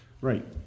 Right